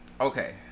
Okay